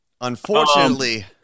Unfortunately